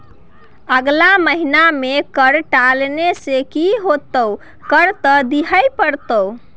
अगला महिना मे कर टालने सँ की हेतौ कर त दिइयै पड़तौ